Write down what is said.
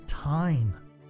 time